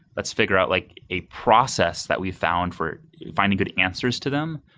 let's figure out like a process that we found for finding good answers to them.